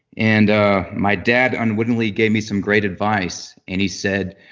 and ah my dad unwittingly gave me some great advice and he said,